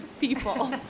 people